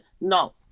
No